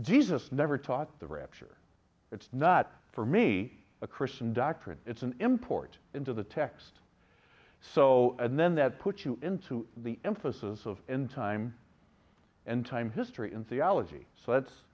jesus never taught the rapture it's not for me a christian doctrine it's an import into the text so and then that puts you into the emphasis of in time and time history in theology so